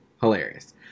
Hilarious